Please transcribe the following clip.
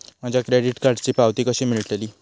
माझ्या क्रेडीट कार्डची पावती कशी मिळतली?